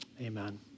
Amen